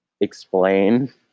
Explain